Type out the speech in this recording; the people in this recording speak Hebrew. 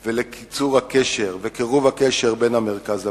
על קירוב הקשר בין המרכז לפריפריה.